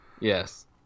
Yes